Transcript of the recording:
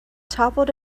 toppled